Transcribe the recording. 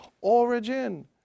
origin